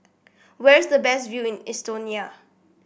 where's the best view in Estonia